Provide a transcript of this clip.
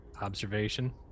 Observation